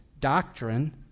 doctrine